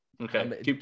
Okay